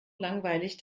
langweilig